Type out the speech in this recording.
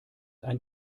ein